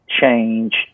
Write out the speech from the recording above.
change